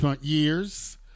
years